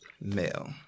male